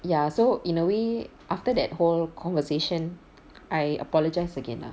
ya so in a way after that whole conversation I apologise again lah